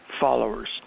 followers